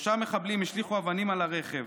שלושה מחבלים השליכו אבנים על הרכב.